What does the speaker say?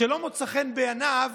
שלא מוצא חן בעיניו